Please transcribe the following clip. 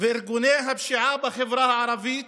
וארגוני הפשיעה בחברה הערבית